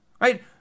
right